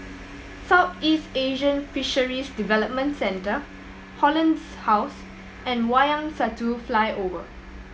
Southeast Asian Fisheries Development Centre Hollandse house and Wayang Satu Flyover